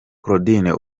claudine